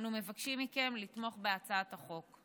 אנו מבקשים מכם לתמוך בהצעת החוק.